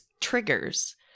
triggers